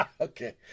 Okay